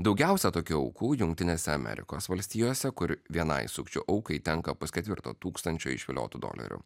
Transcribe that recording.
daugiausia tokių aukų jungtinėse amerikos valstijose kur vienai sukčių aukai tenka pusketvirto tūkstančio išviliotų dolerių